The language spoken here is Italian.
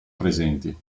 presenti